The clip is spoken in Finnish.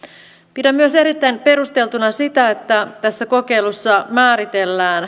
pidän myös erittäin perusteltuna sitä että tässä kokeilussa määritellään